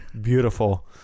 beautiful